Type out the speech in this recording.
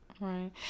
Right